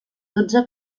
dotze